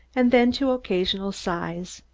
and then to occasional sighs.